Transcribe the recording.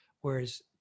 whereas